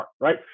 right